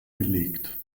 belegt